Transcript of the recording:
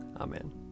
Amen